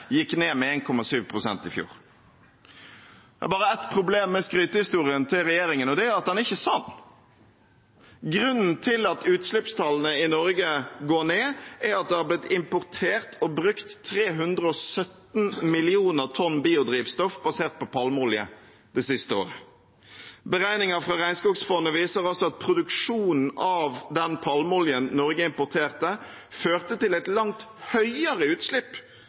gikk ned med 1,7 pst. i fjor. Det er bare ett problem med skrytehistorien til regjeringen, og det er at den ikke er sann. Grunnen til at utslippstallene i Norge går ned, er at det har blitt importert og brukt 317 millioner tonn biodrivstoff basert på palmeolje det siste året. Beregninger fra Regnskogfondet viser også at produksjonen av den palmeoljen Norge importerte, førte til et langt høyere utslipp